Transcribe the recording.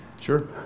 Sure